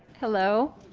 hello.